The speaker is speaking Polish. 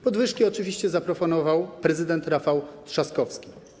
Podwyżki oczywiście zaproponował prezydent Rafał Trzaskowski.